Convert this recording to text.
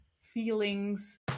feelings